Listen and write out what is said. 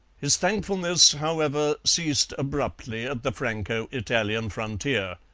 his thankfulness, however, ceased abruptly at the franco-italian frontier.